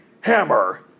Hammer